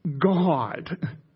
God